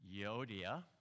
Yodia